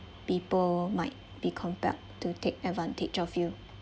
people might be compelled to take advantage of you